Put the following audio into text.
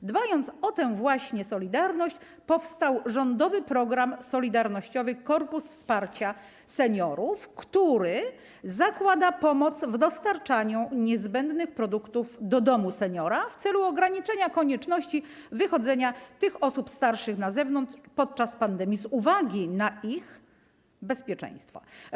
Z dbałości o tę solidarność powstał rządowy program „Solidarnościowy korpus wsparcia seniorów”, który zakłada pomoc w dostarczaniu niezbędnych produktów do domu seniorów w celu ograniczenia konieczności wychodzenia osób starszych na zewnątrz podczas pandemii z uwagi na ich bezpieczeństwo.